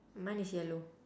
mine is yellow